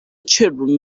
children